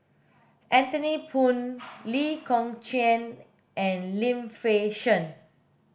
Anthony Poon Lee Kong Chian and Lim Fei Shen